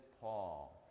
Paul